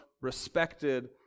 respected